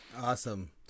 awesome